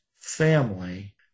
family